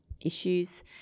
issues